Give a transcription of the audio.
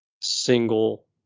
single